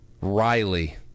Riley